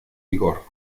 vigor